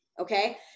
Okay